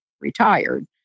retired